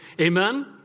Amen